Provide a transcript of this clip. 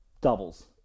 doubles